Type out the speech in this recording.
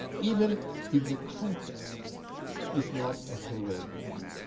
even if the context is not a heroic one.